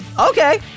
Okay